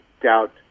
doubt